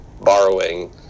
borrowing